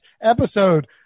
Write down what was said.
episode